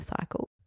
cycle